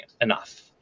enough